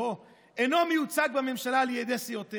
או-הו, אינו מיוצג בממשלה על ידי סיעותיהם,